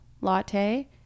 latte